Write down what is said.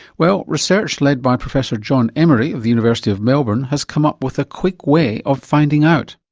well, research led by professor jon emery of the university of melbourne has come up with a quick way of finding out.